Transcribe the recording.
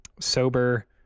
Sober